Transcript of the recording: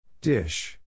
Dish